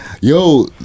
Yo